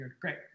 great